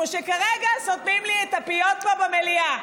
כמו שכרגע סותמים לי את הפיות פה במליאה.